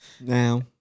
Now